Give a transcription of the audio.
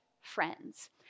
friends